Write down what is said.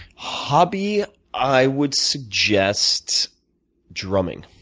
hobby i would suggest drumming.